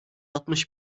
altmış